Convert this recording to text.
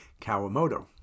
Kawamoto